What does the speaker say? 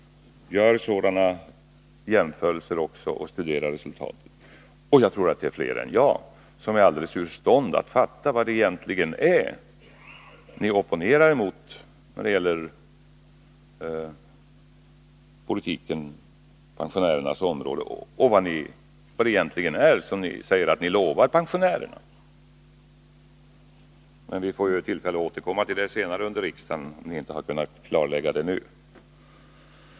Gör sådana jämförelser och studera resultatet! Jag tror att flera än jag är alldeles ur stånd att fatta vad det egentligen är som ni opponerar er mot när det gäller pensionärerna och vad ni egentligen lovar pensionärerna. Men vi får tillfälle att återkomma till detta senare under riksmötet, om ni inte kan klarlägga det nu.